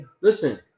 Listen